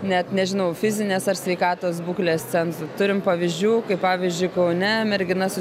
net nežinau fizinės ar sveikatos būklės cenzų turim pavyzdžių kai pavyzdžiui kaune mergina su